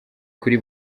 kuri